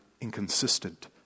inconsistent